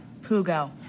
Pugo